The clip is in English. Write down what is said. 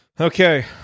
Okay